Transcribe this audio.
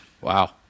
Wow